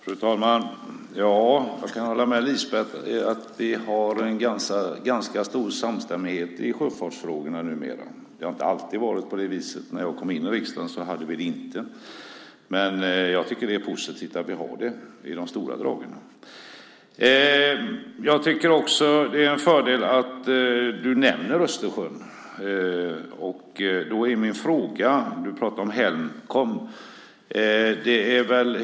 Fru talman! Jag kan hålla med om att vi har en ganska stor samstämmighet i sjöfartsfrågorna numera. Det har inte alltid varit så. När jag kom in i riksdagen hade vi det inte. Jag tycker att det är positivt att vi har det i stora drag. Jag tycker att det är en fördel att du nämner Östersjön. Du pratar om Helcom.